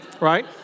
right